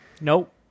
Nope